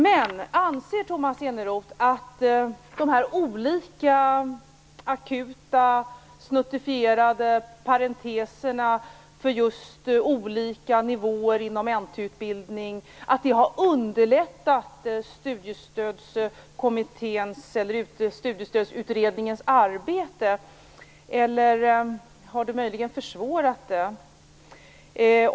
Men: Anser Tomas Eneroth att de här olika, akuta, snuttifierade parenteserna för olika nivåer inom NT utbildning har underlättat Studiestödsutredningens arbete, eller har de möjligen försvårat det?